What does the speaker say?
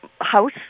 house